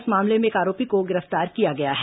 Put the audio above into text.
इस मामले में एक आरोपी को गिरफ्तार किया गया है